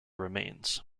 remains